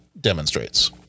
demonstrates